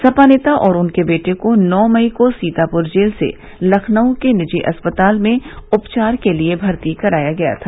सपा नेता और उनके बेटे को नौ मई को सीतापुर जेल से लखनऊ के निजी अस्पताल में उपचार के लिये भर्ती कराया गया था